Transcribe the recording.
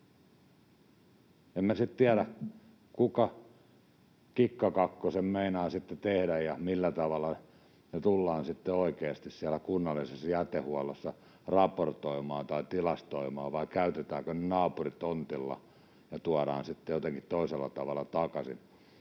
tiedä, kuka kikka kakkosen meinaa sitten tehdä ja millä tavalla ne tullaan sitten oikeasti siellä kunnallisessa jätehuollossa raportoimaan tai tilastoimaan vai käytetäänkö ne naapuritontilla ja tuodaan sitten jotenkin toisella tavalla takaisin,